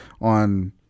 on